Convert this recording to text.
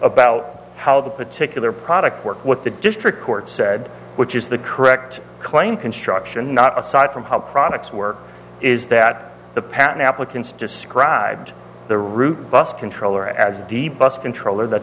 about how the particular products work what the district court said which is the correct claim construction not aside from how products work is that the patent applicants just grabbed the root bus controller as a debug controller that